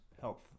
health